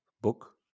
book